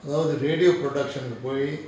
all the radio production way